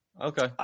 Okay